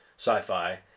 sci-fi